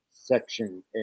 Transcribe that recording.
section